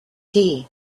tea